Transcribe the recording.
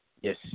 Yes